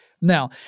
Now